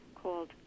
called